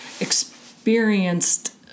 experienced